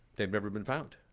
they've never been found.